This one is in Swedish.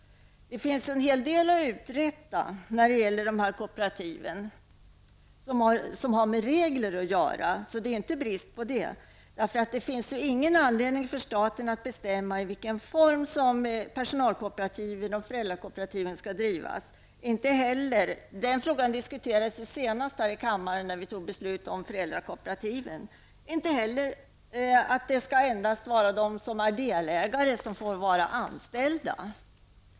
Det finns en hel del att uträtta när det gäller regler för de här kooperativen. Det är ingen brist på det. Det finns inte heller någon anledning för staten att bestämma i vilken form personal och föräldrakooperativ skall bedrivas. Den frågan diskuterades ju senast här i kammaren när vi tog beslut om föräldrakooperativen. Det bör inte heller vara endast de som är delägare som får vara anställda.